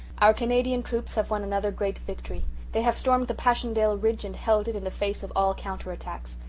our canadian troops have won another great victory they have stormed the passchendaele ridge and held it in the face of all counter attacks.